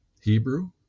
Hebrew